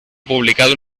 publicado